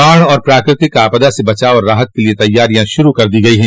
बाढ़ और प्राकृतिक आपदा से बचाव और राहत के लिए तैयारी शुरू कर दी गई है